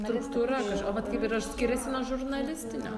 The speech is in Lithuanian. struktūra kažko o vat kaip yra skiriasi nuo žurnalistinio